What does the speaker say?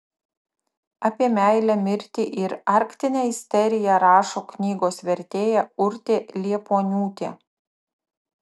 apie meilę mirtį ir arktinę isteriją rašo knygos vertėja urtė liepuoniūtė